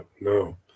no